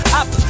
up